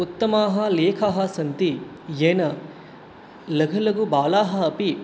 उत्तमाः लेखाः सन्ति येन लघुलघुबालाः अपि